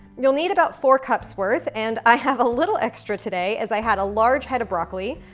you'll need about four cups worth, and i have a little extra today as i had a large head of broccoli,